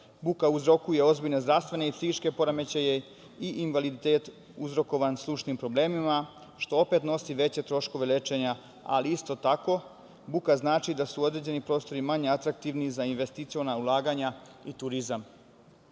Buka uzrokuje ozbiljne zdravstvene i psihičke poremećaje i invaliditet uzrokovan slušnim problemima, što opet nosi veće troškove lečenja, ali isto tako buka znači da su određeni prostori manje atraktivni za investiciona ulaganja i turizam.